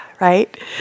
right